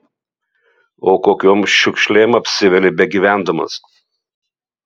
o kokiom šiukšlėm apsiveli begyvendamas